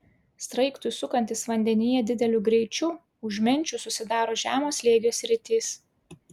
sraigtui sukantis vandenyje dideliu greičiu už menčių susidaro žemo slėgio sritys